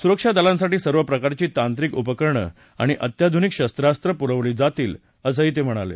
सुरक्षा दलांसाठी सर्व प्रकारची तांत्रिक उपकरणं आणि अत्याधुनिक शस्वास्वं पुरवली जातील असं ते म्हणाले